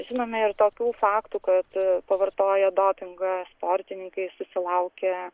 žinome ir tokių faktų kad pavartoję dopingą sportininkai susilaukia